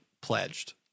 pledged